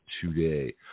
today